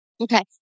Okay